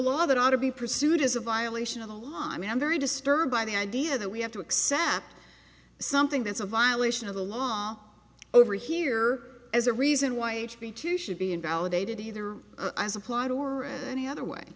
law that ought to be pursued is a violation of the law i mean i'm very disturbed by the idea that we have to accept something that's a violation of the law all over here as a reason why the two should be invalidated either as a plot or any other way